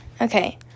Okay